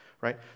right